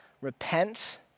repent